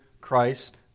Christ